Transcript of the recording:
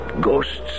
Ghosts